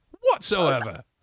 whatsoever